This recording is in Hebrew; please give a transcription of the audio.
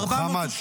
מוחמד, מוחמד.